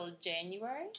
January